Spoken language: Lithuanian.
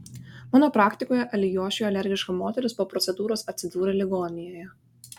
mano praktikoje alijošiui alergiška moteris po procedūros atsidūrė ligoninėje